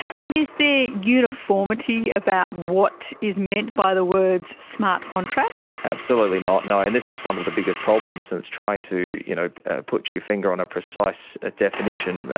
and is there uniformity about what is meant by the words smart contract? absolutely not, no, and this is one of the biggest problems and it's trying to you know ah put your finger on a precise ah definition,